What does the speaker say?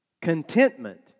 Contentment